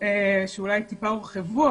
שאולי טיפה הורחבו,